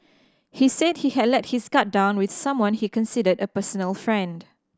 he said he had let his guard down with someone he considered a personal friend